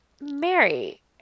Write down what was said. Mary